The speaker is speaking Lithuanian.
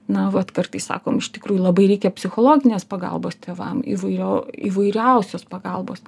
na vat kartais sakom iš tikrųjų labai reikia psichologinės pagalbos tėvam įvairio įvairiausios pagalbos